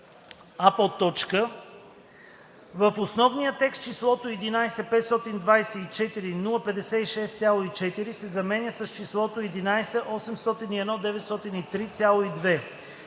а) В основния текст числото „11 524 056,4” се заменя с числото „11 801 903,2”.